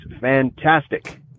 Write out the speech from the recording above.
fantastic